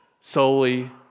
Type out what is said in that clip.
solely